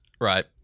Right